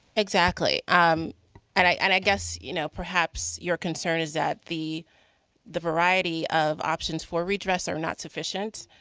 exactly. um and i and i guess you know perhaps your concern is that the the variety of options for redress are not sufficient,